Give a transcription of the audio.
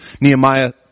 Nehemiah